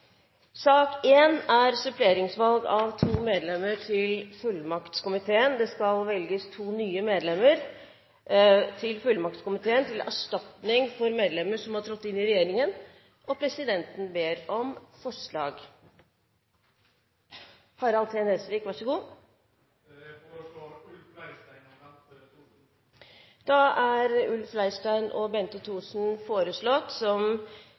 Det skal velges to nye medlemmer til fullmaktskomiteen til erstatning for medlemmer som har trådt inn i regjeringen. Presidenten ber om forslag på nye medlemmer. Jeg foreslår Ulf Leirstein og Bente Thorsen. Representantene Ulf Leirstein og Bente Thorsen er foreslått